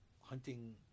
hunting